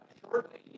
shortly